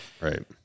Right